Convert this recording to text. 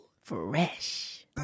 Fresh